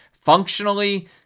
functionally